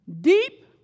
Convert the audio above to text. deep